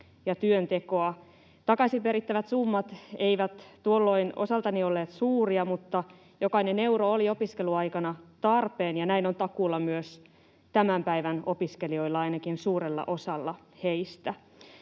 ja työntekoa. Takaisin perittävät summat eivät tuolloin osaltani olleet suuria, mutta jokainen euro oli opiskeluaikana tarpeen, ja näin on takuulla myös tämän päivän opiskelijoilla, ainakin suurella osalla heistä.